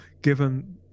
given